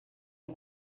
der